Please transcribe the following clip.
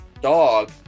dog